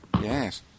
Yes